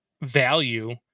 value